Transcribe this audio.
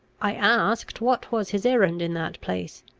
i asked what was his errand in that place.